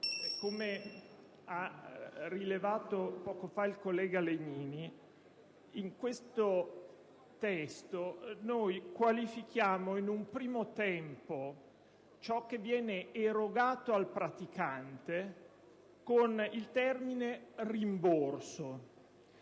come ha rilevato poco fa il collega Legnini, in questo testo noi qualifichiamo, in un primo tempo, ciò che viene erogato al praticante con il termine «rimborso».